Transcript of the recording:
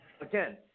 again